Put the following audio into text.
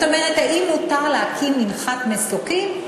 זאת אומרת, האם מותר להקים מנחת מסוקים?